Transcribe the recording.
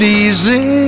easy